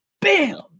Bam